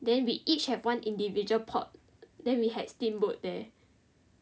then we each had one individual pot then we had steamboat there